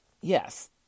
yes